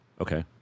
Okay